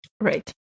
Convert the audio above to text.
right